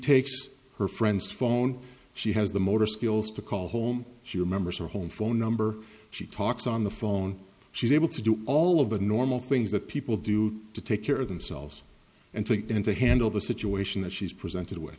takes her friend's phone she has the motor skills to call home she remembers her home phone number she talks on the phone she's able to do all of the normal things that people do to take care of themselves and to and to handle the situation that she's presented